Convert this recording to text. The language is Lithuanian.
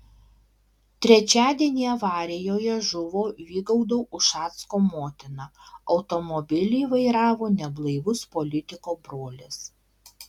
trečiadienį avarijoje žuvo vygaudo ušacko motina automobilį vairavo neblaivus politiko brolis